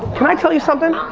can i tell you something?